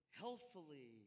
healthfully